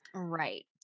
Right